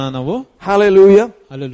Hallelujah